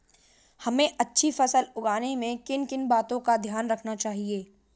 हमें अच्छी फसल उगाने में किन किन बातों का ध्यान रखना चाहिए?